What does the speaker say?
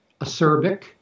acerbic